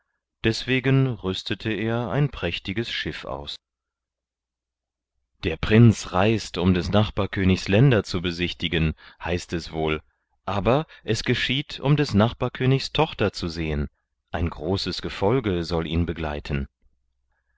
deswegen rüstete er ein prächtiges schiff aus der prinz reist um des nachbarkönigs länder zu besichtigen heißt es wohl aber es geschieht um des nachbarkönigs tochter zu sehen ein großes gefolge soll ihn begleiten